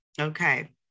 Okay